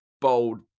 bold